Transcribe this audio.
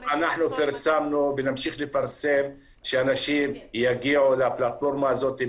אנחנו פרסמנו ונמשיך לפרסם שאנשים יגיעו לפלטפורמה הזאת,